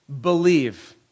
Believe